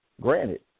granted